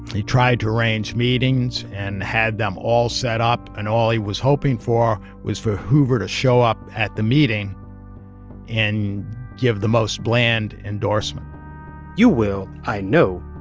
he tried to arrange meetings and had them all set up, and all he was hoping for was for hoover to show up at the meeting and give the most bland endorsement you will, i know,